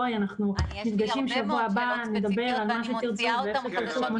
אנחנו נפגשים שבוע הבא ונדבר על מה שתרצו ואיך תרצו כמו